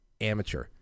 Amateur